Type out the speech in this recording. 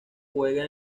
juega